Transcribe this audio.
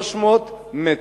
300 מטר.